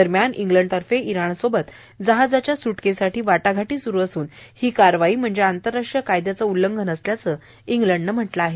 दरम्यानं इंग्लंडतर्फे इरानसोबत जहाच्या सुटकेसाठी वाटाघाटी सुरू असून ही कारवाई म्हणजे आंतरराष्ट्रीय कायद्याचं उल्लंघन असल्याचं इंग्लंडनं म्हटलं आहे